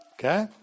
Okay